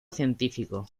científico